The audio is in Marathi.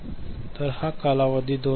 तर हा कालावधी 2